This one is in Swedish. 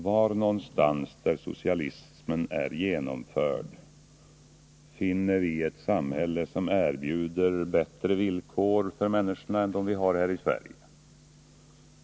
Var någonstans där socialismen är genomförd finner vi ett samhälle som erbjuder bättre villkor för människorna än dem vi har här i Sverige?